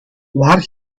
waar